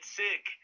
sick